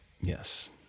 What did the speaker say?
Yes